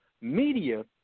media